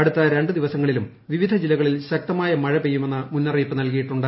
അടുത്ത രണ്ടു ദിവസങ്ങളിലും വിവിധ് ജില്ലകളിൽ ശക്തമായ മഴ പെയ്യുമെന്ന് മുന്നറിയിപ്പ് നൽകിയിട്ടുണ്ട്